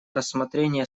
рассмотрения